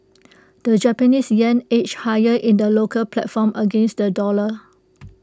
the Japanese Yen edged higher in the local platform against the dollar